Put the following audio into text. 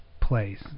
place